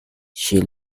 she